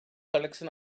collection